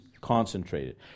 concentrated